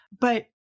but-